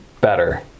better